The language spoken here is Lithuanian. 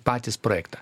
patys projektą